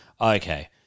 okay